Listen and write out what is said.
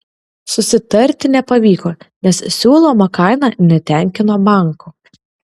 susitarti nepavyko nes siūloma kaina netenkino banko